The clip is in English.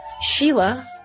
Sheila